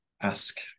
ask